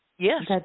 Yes